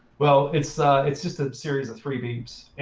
well, it's it's just a series of three beeps.